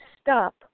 stop